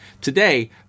Today